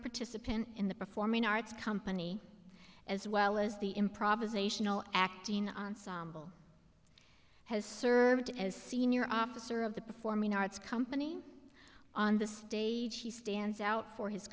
participant in the performing arts company as well as the improvisational act has served as senior officer of the performing arts company on the stage he stands out for his